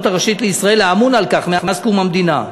הראשית לישראל האמון על כך מאז קום המדינה.